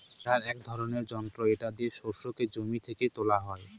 বেলার এক ধরনের যন্ত্র এটা দিয়ে শস্যকে জমি থেকে তোলা হয়